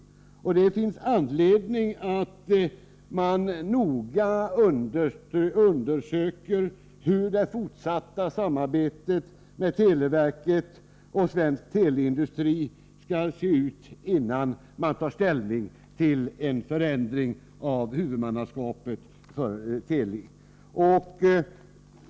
Det finns anledning att noga undersöka hur det fortsatta samarbetet mellan televerket och svensk teleindustri skall se ut innan man tar ställning till en förändring av huvudmannaskapet för Teli.